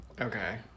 Okay